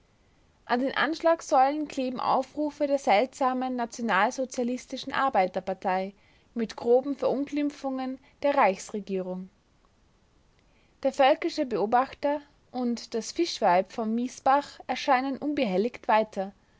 an den anschlagsäulen kleben aufrufe der seltsamen nationalsozialistischen arbeiterpartei mit groben verunglimpfungen der reichsregierung der völkische beobachter und das fischweib von miesbach erscheinen unbehelligt weiter